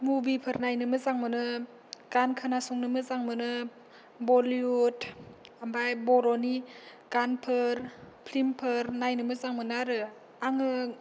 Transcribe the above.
मुबिफोर नायनो मोजां मोनो गान खोनासंनो मोजां मोनो बलिउद ओमफ्राय बर'नि गानफोर फ्लिमफोर नायनो मोजां मोनो आरो आङो